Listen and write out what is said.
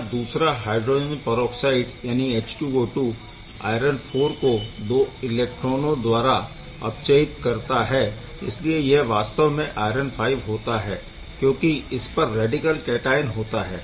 यहाँ दूसरा H2O2 iron IV को 2 एलेक्ट्रोनों द्वारा अपचयित करता है इसलिए यह वास्तव में आयरन V होता है क्योंकि इसपर रैडिकल कैटआयन होता है